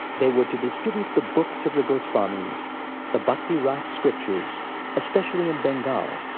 they were to distribute the books of the goswamis the bhakti-rasa scriptures especially in bengal,